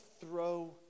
throw